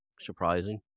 surprising